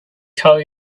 tell